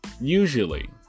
usually